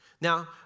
Now